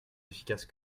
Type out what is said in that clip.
efficace